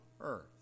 earth